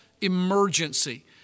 emergency